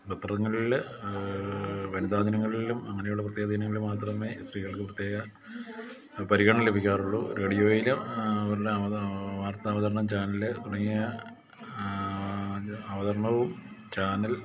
പത്രങ്ങളിൽ വനിതാ ദിനങ്ങളിലും അങ്ങനെയുള്ള പ്രത്യേക ദിനങ്ങളിൽ മാത്രമേ സ്ത്രീകൾക്ക് പ്രത്യേക പരിഗണന ലഭിക്കാറുള്ളൂ റേഡിയോയിലെ അവരുടെ വാർത്ത അവതരണ ചാനല് തുടങ്ങിയ അവതരണവും ചാനൽ